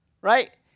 Right